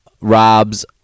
robs